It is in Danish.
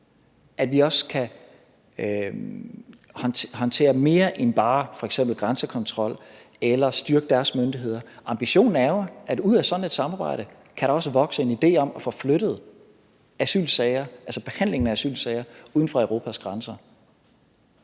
at vi også kan håndtere mere end bare f.eks. grænsekontrol eller at styrke deres myndigheder. Ambitionen er jo, at der ud af sådan et samarbejde også kan vokse en idé om at få flyttet behandlingen af asylsager uden for Europas grænser.